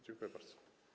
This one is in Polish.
Dziękuję bardzo.